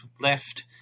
left